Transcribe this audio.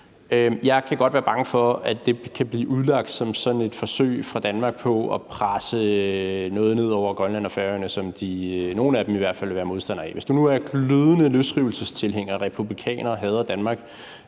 Jeg kan godt være bange for, at det kan blive udlagt som sådan et forsøg fra Danmarks side på at presse noget ned over Grønland og Færøerne, som de – i hvert fald nogle af dem – vil være modstandere af. Hvis du nu er glødende løsrivelsestilhænger, republikaner og hader Danmark,